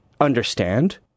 understand